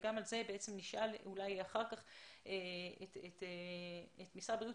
גם על זה נשאל אחר כך את משרד התיירות.